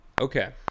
Okay